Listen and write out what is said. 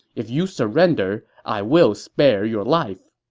if you surrender, i will spare your life.